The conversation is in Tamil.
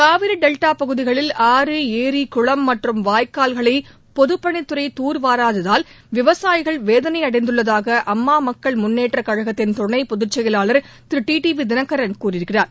காவிரி டெல்டா பகுதிகளில் ஆறு ஏரி குளம் மற்றும் வாய்க்கால்களை பொதுப்பணித் துறை தூர்வாராததால் விவசாயிகள் வேதனை அடைந்துள்ளதாக அம்மா மக்கள் முன்னேற்ற கழகத்தின் துணைப் பொதுச்செயலாளர் Thiru T T V Dhinakaran கூறியிருக்கிறார்